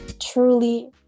Truly